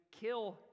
kill